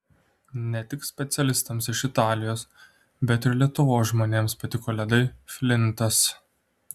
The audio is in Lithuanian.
ne tik specialistams iš italijos bet ir lietuvos žmonėms patiko ledai flintas